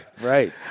right